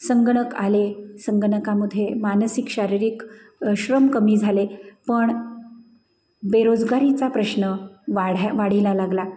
संगणक आले संगणकामधे मानसिक शारीरिक श्रम कमी झाले पण बेरोजगारीचा प्रश्न वाढ्या वाढीला लागला